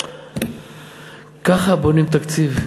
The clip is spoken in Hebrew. ככה בונים תקציב?